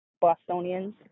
Bostonians